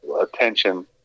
attention